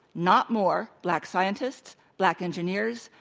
not more, black scientists, black engineers,